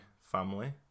family